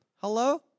Hello